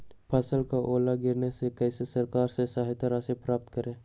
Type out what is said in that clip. फसल का ओला गिरने से कैसे सरकार से सहायता राशि प्राप्त करें?